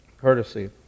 courtesy